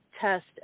test